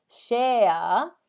share